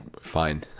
fine